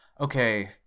Okay